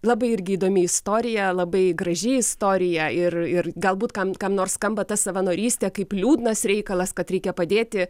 labai irgi įdomi istorija labai graži istorija ir ir galbūt kam kam nors skamba ta savanorystė kaip liūdnas reikalas kad reikia padėti